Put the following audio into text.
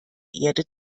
erde